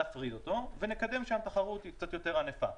נפריד אותו ונקדם שם תחרות קצת יותר ענפה.